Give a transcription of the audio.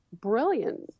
brilliant